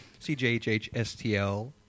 CJHHSTL